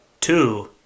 two